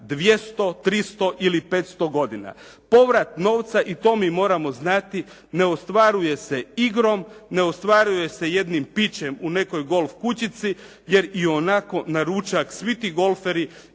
200, 300 ili 500 godina. Povrat novca i to mi moramo znati ne ostvaruje se igrom, ne ostvaruje se jednim pićem u nekoj golf kućici jer ionako na ručak svi ti golferi